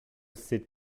sit